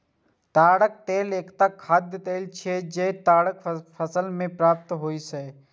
ताड़क तेल एकटा खाद्य तेल छियै, जे ताड़क फल सं प्राप्त होइ छै